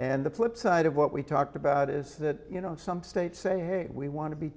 and the flipside of what we talked about is that you know some states say hey we want to be